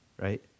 right